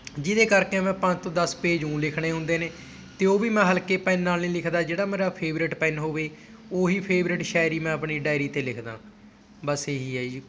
ਜਿਹਦੇ ਕਰਕੇ ਮੈਂ ਪੰਜ ਤੋਂ ਦੱਸ ਪੇਜ ਊਂ ਲਿਖਣੇ ਹੁੰਦੇ ਨੇ ਅਤੇ ਉਹ ਵੀ ਮੈਂ ਹਲਕੇ ਪੈੱਨ ਨਾਲ ਨਹੀਂ ਲਿਖਦਾ ਜਿਹੜਾ ਮੇਰਾ ਫੇਵਰੇਟ ਪੈੱਨ ਹੋਵੇ ਉਹੀ ਫੇਵਰੇਟ ਸ਼ਾਇਰੀ ਮੈਂ ਆਪਣੀ ਡਾਇਰੀ 'ਤੇ ਲਿਖਦਾ ਬਸ ਇਹੀ ਆ ਜੀ